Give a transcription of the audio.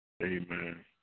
Amen